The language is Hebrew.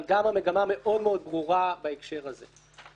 המגמה מאוד מאוד ברורה בהקשר הזה.